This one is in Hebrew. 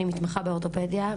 אני מתמחה באורתופדיה,